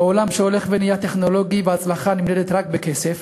בעולם שהולך ונהיה טכנולוגי והצלחה נמדדת בו רק בכסף,